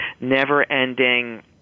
never-ending